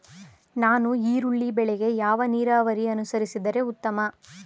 ನಾವು ಈರುಳ್ಳಿ ಬೆಳೆಗೆ ಯಾವ ನೀರಾವರಿ ಅನುಸರಿಸಿದರೆ ಉತ್ತಮ?